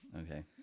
okay